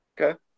Okay